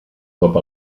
cop